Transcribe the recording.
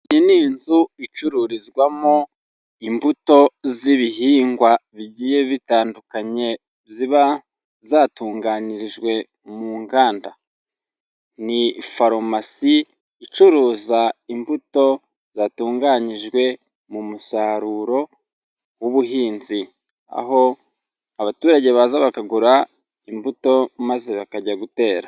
Iyi ni inzu icururizwamo imbuto z'ibihingwa bigiye bitandukanye ziba zatunganirijwe mu nganda. Ni farumasi icuruza imbuto zatunganyijwe mu musaruro w'ubuhinzi, aho abaturage baza bakagura imbuto maze bakajya gutera.